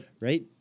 right